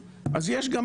אז יש גם התייחסות לוותק.